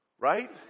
Right